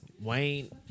Wayne